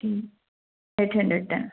ہوں eight hundred ہے